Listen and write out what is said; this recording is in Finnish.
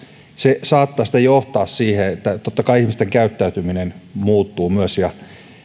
se saattaa sitten johtaa siihen että totta kai ihmisten käyttäytyminen muuttuu myös